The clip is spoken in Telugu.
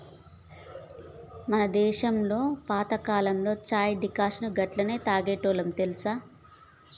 మన దేసంలో పాతకాలంలో చాయ్ డికాషన్ను గట్లనే తాగేటోల్లు తెలుసా